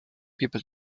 people